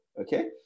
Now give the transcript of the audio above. okay